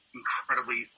incredibly